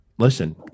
listen